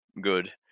good